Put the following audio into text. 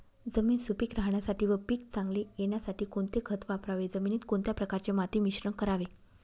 जमीन सुपिक राहण्यासाठी व पीक चांगले येण्यासाठी कोणते खत वापरावे? जमिनीत कोणत्या प्रकारचे माती मिश्रण करावे?